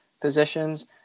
positions